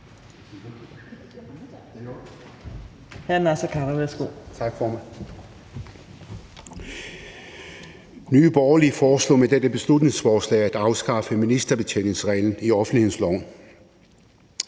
Nye Borgerlige foreslår med dette beslutningsforslag at afskaffe ministerbetjeningsreglen i offentlighedsloven.